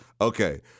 Okay